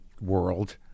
world